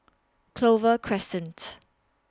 Clover Crescent